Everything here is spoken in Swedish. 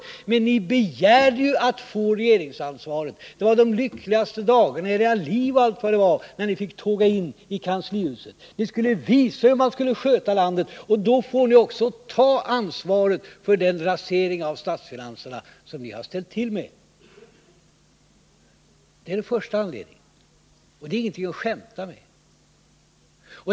Fast det var ju ni som begärde att få regeringsansvaret. Det var de lyckligaste dagarna i era liv när ni fick tåga in i kanslihuset. Ni skulle visa hur man skulle sköta landet. Och då får ni också ta ansvar för den rasering av statsfinanserna som ni har ställt till med. Det är den första anledningen, och det är ingenting att skämta med.